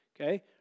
okay